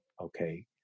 okay